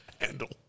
handle